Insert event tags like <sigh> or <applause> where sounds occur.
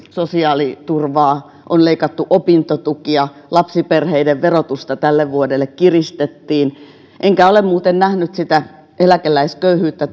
sosiaaliturvaa on leikattu opintotukia lapsiperheiden verotusta tälle vuodelle kiristettiin enkä ole muuten nähnyt sitä eläkeläisköyhyyttä <unintelligible>